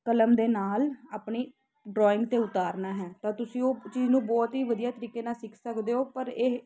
ਕਲਮ ਦੇ ਨਾਲ ਆਪਣੀ ਡਰੋਇੰਗ 'ਤੇ ਉਤਾਰਨਾ ਹੈ ਤਾਂ ਤੁਸੀਂ ਉਹ ਚੀਜ਼ ਨੂੰ ਬਹੁਤ ਹੀ ਵਧੀਆ ਤਰੀਕੇ ਨਾਲ ਸਿੱਖ ਸਕਦੇ ਹੋ ਪਰ ਇਹ